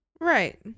Right